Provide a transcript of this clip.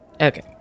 Okay